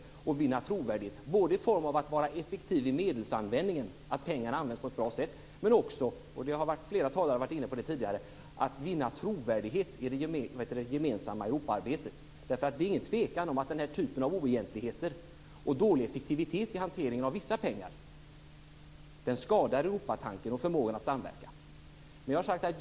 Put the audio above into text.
Det handlar om att vinna trovärdighet i form av att vara effektiv i medelsanvändningen - att pengarna används på ett bra sätt - men också att vinna trovärdighet i det gemensamma Europaarbetet. Det råder ingen tvekan om att den här typen av oegentligheter och dålig effektivitet i hanteringen av vissa pengar skadar Europatanken och förmågan att samverka.